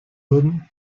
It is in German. würden